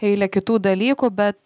eilę kitų dalykų bet